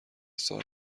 سارق